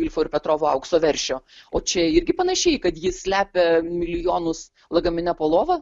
ilfo ir petrovo aukso veršio o čia irgi panašiai kad ji slepia milijonus lagamine po lova